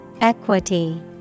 Equity